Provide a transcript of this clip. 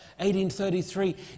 1833